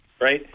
right